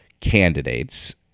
candidates